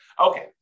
Okay